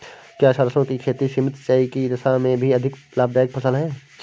क्या सरसों की खेती सीमित सिंचाई की दशा में भी अधिक लाभदायक फसल है?